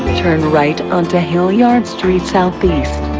turn right onto hilliard street southeast.